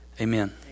amen